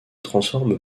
transforme